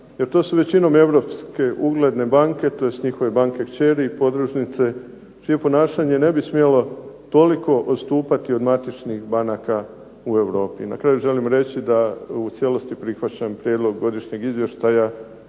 jer to su većinom europske ugledne banke tj. njihove banke …/Govornik se ne razumije./… podružnice čije ponašanje ne bi smjelo toliko odstupati od matičnih banaka u Europi. Na kraju želim reći da u cijelosti prihvaćam Prijedlog godišnjeg izvještaja